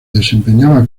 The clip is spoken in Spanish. desempeñaba